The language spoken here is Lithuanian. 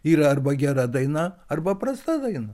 yra arba gera daina arba prasta daina